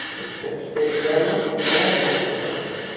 it said state governments and local governments,